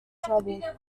troubled